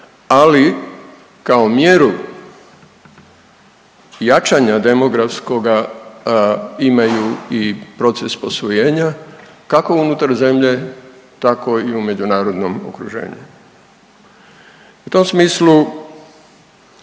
ali kao mjeru jačanja demografskoga imaju i proces posvojenja kako unutar zemlje, tako i u međunarodnom okruženju. U tom smislu,